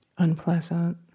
Unpleasant